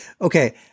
Okay